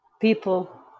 people